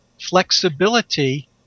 flexibility